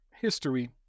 history